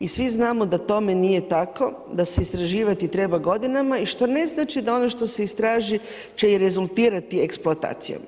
I svi znamo da tome nije tako, da se istraživati treba godinama i što ne znači da ono što se istraži će i rezultirati eksploatacijom.